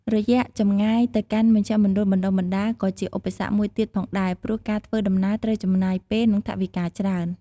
រយះចម្ងាយទៅកាន់មជ្ឈមណ្ឌលបណ្តុះបណ្តាល ក៏ជាឧបសគ្គមួយទៀតផងដែរ ព្រោះការធ្វើដំណើរត្រូវចំណាយពេល និងថវិកាច្រើន ។